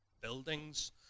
buildings